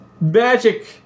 magic